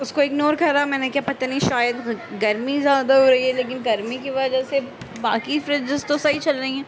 اس کو اگنور کرا میں نے کے پتا نہیں شاید گرمی زیادہ ہو رہی ہے لیکن گرمی کی وجہ سے باقی فریجیز تو صحیح چل رہی ہیں